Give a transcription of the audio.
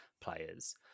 players